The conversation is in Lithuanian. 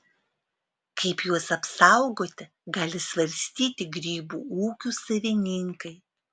kaip juos apsaugoti gali svarstyti grybų ūkių savininkai